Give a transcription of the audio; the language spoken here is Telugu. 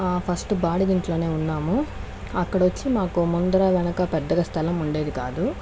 ఫస్ట్ బాడుగింట్లోనే ఉన్నాము అక్కడ వచ్చి మాకు ముందరా వెనక పెద్దగా స్థలం ఉండేది కాదు